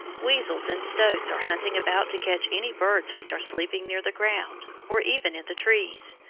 weasels and stoats are hunting about to catch any birds which are sleeping near the ground, or even in the trees,